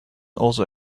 also